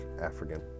African